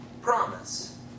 promise